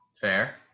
Fair